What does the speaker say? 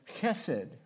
chesed